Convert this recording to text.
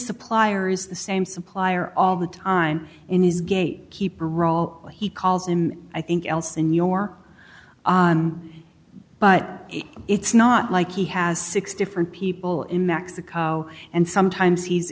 supplier is the same supplier all the time in his gate keeper he calls in i think else in your on but it's not like he has six different people in mexico and sometimes he's